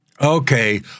Okay